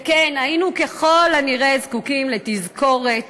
וכן, היינו ככל הנראה זקוקים לתזכורת